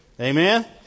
Amen